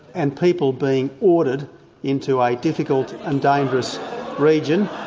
and people being ordered into a difficult and dangerous region,